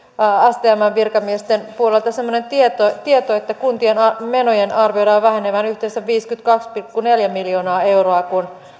stmn virkamiesten puolelta semmoinen tieto tieto että kuntien menojen arvioidaan vähenevän yhteensä viisikymmentäkaksi pilkku neljä miljoonaa euroa kun